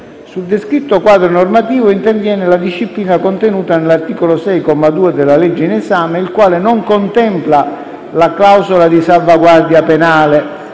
Sul descritto quadro normativo interviene la disciplina contenuta nell'articolo 6, comma 2, della legge in esame il quale non contempla la "clausola di salvaguardia penale"